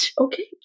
Okay